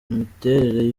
imiterere